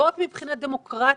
לא רק מבחינה דמוקרטית,